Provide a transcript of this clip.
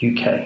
UK